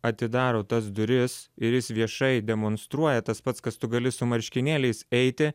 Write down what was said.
atidaro tas duris ir jis viešai demonstruoja tas pats kas tu gali su marškinėliais eiti